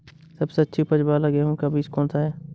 सबसे अच्छी उपज वाला गेहूँ का बीज कौन सा है?